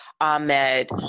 Ahmed